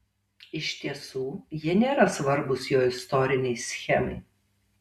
iš tiesų jie nėra svarbūs jo istorinei schemai